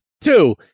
Two